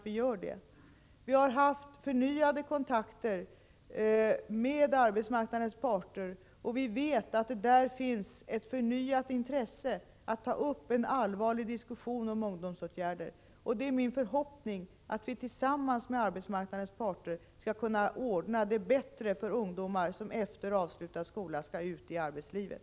Vi har haft ytterligare kontakter med arbetsmarknadens parter, och vi vet att det hos dem finns ett förnyat intresse att ta upp en allvarlig diskussion om ungdomsåtgärder. Det är min förhoppning att vi tillsammans med arbetsmarknadens parter skall kunna ordna det bättre för ungdomar som efter avslutad skolgång skall ut i arbetslivet.